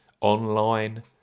online